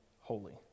holy